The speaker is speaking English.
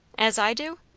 as i do?